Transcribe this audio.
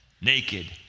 naked